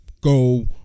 go